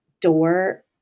door